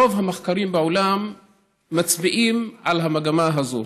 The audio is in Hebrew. רוב המחקרים בעולם מצביעים על המגמה הזאת.